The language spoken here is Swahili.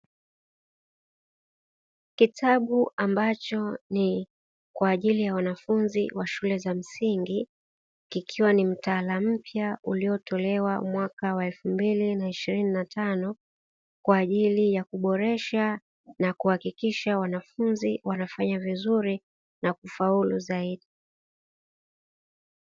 Kitabu ambacho ni kwa ajili ya wanafunzi wa shule za msingi, kikiwa ni mtaala mpya uliotolewa mwaka wa elfu mbili na ishirini na tano, kwa ajili ya kuboresha na kuhakikisha wanafunzi wanafanya vizuri na kufaulu zaidi.